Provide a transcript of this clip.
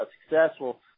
successful